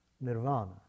nirvana